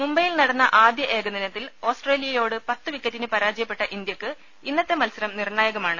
മുംബൈയിൽ നടന്ന ആദ്യ ഏകദിനത്തിൽ ഓസ്ട്രേലിയയോട് പത്തു വിക്കറ്റിന് പരാജയപ്പെട്ട ഇന്ത്യക്ക് ഇന്നത്തെ മത്സരം നിർണായകമാണ്